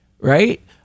right